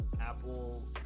Apple